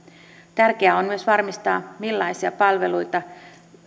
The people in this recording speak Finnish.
tärkeää on myös varmistaa millaisia palveluita